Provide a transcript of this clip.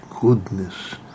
goodness